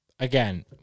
Again